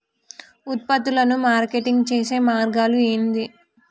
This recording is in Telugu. ఉత్పత్తులను మార్కెటింగ్ చేసే మార్గాలు ఏంది?